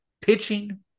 Pitching